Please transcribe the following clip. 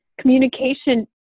communication